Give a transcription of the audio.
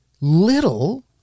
little